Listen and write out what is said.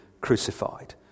crucified